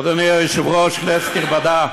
אדוני היושב-ראש, כנסת נכבדה,